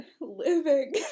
living